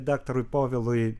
daktarui povilui